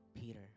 Peter